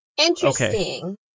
Interesting